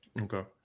Okay